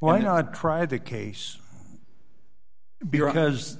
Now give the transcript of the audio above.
why not try the case because